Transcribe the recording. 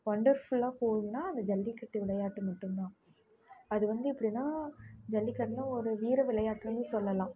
ஒண்டர்ஃபுல்லாக போகுதுன்னா அந்த ஜல்லிக்கட்டு விளையாட்டு மட்டும்தான் அது வந்து எப்படின்னா ஜல்லிக்கட்டுனால் ஒரு வீர விளையாட்டுனு சொல்லலாம்